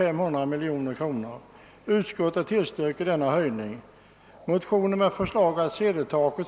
Vi hade ingen kännedom om någotdera — det var regeringsbänken som förde in detta.